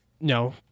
no